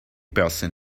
person